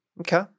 Okay